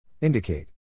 Indicate